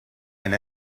and